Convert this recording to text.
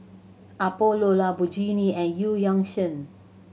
Apollo Lamborghini and Eu Yan Sang